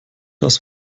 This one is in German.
das